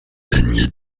baigné